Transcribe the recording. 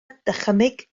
dychymyg